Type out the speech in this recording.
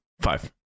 five